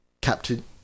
captain